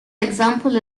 example